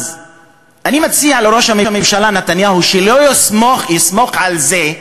אני מציע לראש הממשלה נתניהו שלא יסמוך על זה,